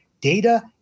data